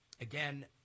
Again